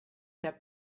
that